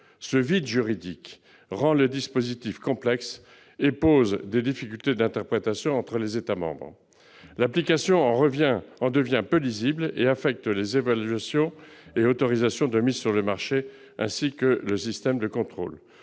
Ce vide juridique rend le dispositif complexe et pose des difficultés d'interprétation entre les États membres. L'application de la réglementation est en conséquence peu lisible et affecte les évaluations et les autorisations de mise sur le marché, ainsi que le système de contrôle.